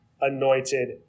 anointed